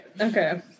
Okay